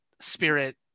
spirit